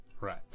Right